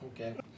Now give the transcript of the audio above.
Okay